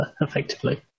effectively